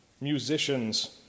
musicians